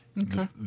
okay